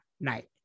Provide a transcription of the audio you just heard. night